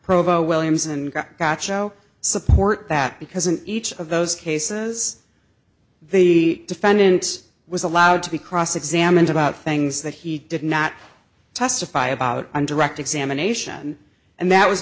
provo williams and show support that because an each of those cases the defendant was allowed to be cross examined about things that he did not testify about undirected examination and that was